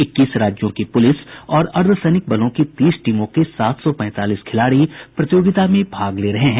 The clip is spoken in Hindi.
इक्कीस राज्यों की पुलिस और अर्द्वसैनिक बलों की तीस टीमों के सात सौ पैंतालीस खिलाड़ी प्रतियोगिता में भाग ले रही हैं